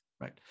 Right